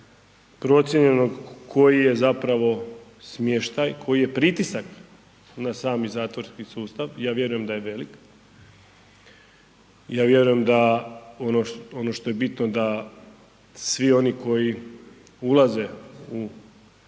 procijenjenog koji je zapravo smještaj, koji je pritisak na sami zatvorski sustav, ja vjerujem da je velik. Ja vjerujem da ono što je bitno da svi oni koji ulaze u zatvorski